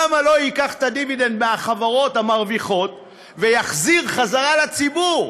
למה לא ייקח את הדיבידנד מהחברות המרוויחות ויחזיר לציבור?